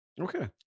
Okay